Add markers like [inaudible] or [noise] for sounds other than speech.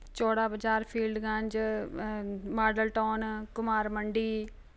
Chaura Bazaar Field Ganj [unintelligible] model town Ghumar Mandi